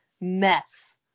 mess